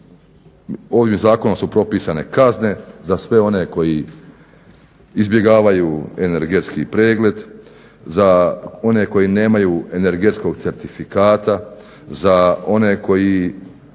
Ovim zakonom su propisane kazne za sve one koji izbjegavaju energetski pregled, za one koji nemaju energetskog certifikata, za one za